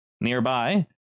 Nearby